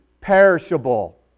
perishable